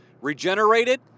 regenerated